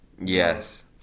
Yes